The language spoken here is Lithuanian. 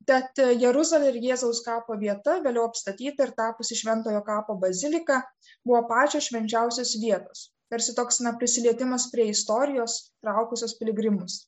tad jeruzalė ir jėzaus kapo vieta vėliau apstatyti ir tapusi šventojo kapo bazilika buvo pačios švenčiausios vietos tarsi toks na prisilietimas prie istorijos traukusios piligrimus